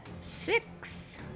six